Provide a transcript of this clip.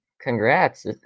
Congrats